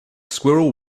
squirrel